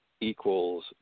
equals